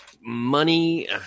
money